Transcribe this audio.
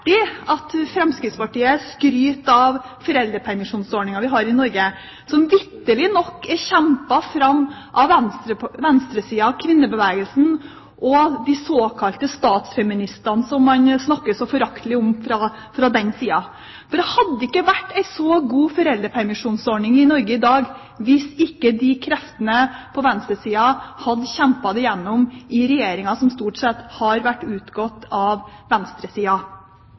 at Fremskrittspartiet skryter av den foreldrepermisjonsordningen vi har i Norge. Den er vitterlig kjempet fram av venstresida og kvinnebevegelsen og de såkalte statsfeministene som man snakker så foraktelig om fra den sida. Det hadde ikke vært en så god foreldrepermisjonsordning i Norge i dag hvis ikke de kreftene på venstresida hadde kjempet det igjennom i regjeringer som stort sett har utgått fra venstresida.